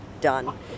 done